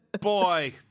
Boy